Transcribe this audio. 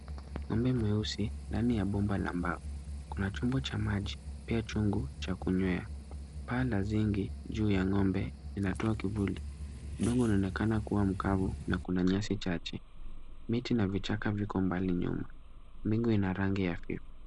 Ng'ombe mweusi ndani ya bomba la mbao. Kuna chombo cha maji, pia chungu cha kunywea. Paa la zingi juu ya ng'ombe linatoa kivuli. Udongo unaonekana kuwa mkavu na kuna nyasi chache. Miti na vichaka viko mbali nyuma. Mbingu ina rangi hafifu.